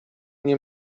nie